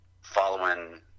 following